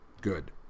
Good